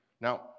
Now